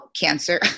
Cancer-